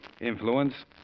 Influence